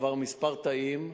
הוא עבר כמה תאים,